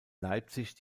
leipzig